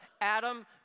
Adam